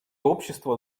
общество